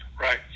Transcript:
Right